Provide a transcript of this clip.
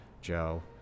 joe